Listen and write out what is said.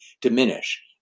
diminish